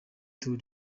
tour